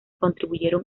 contribuyeron